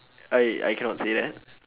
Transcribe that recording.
I I cannot say that